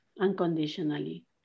unconditionally